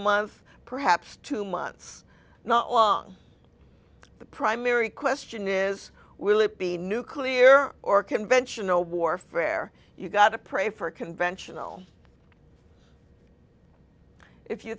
month perhaps two months not long the primary question is will it be new clear or conventional warfare you got to pray for a conventional if you